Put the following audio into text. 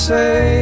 say